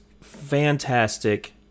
fantastic